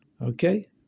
Okay